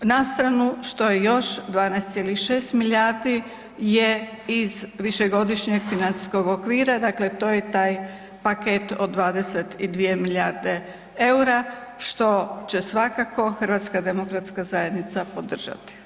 Nastranu što je još 12,6 milijardi je iz višegodišnjeg financijskog okvira, dakle to je taj paket od 22 milijarde eura što će svakako HDZ podržati.